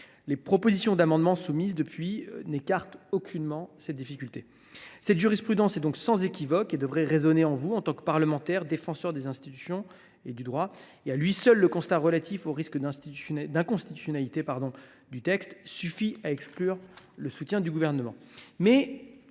Les propositions d’amendements soumises depuis n’écartent aucunement cette difficulté. La jurisprudence est donc sans équivoque et devrait résonner en vous qui, en tant que parlementaires, êtes les défenseurs des institutions et du droit. À lui seul, le constat relatif au risque d’inconstitutionnalité du texte suffit à exclure le soutien du Gouvernement.